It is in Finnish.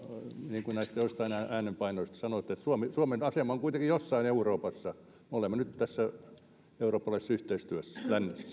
niin kuin näistä joistain äänenpainoista kuuli suomen asema on kuitenkin jossain euroopassa me olemme nyt tässä eurooppalaisessa yhteistyössä